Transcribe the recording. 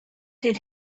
did